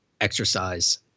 exercise